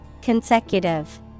consecutive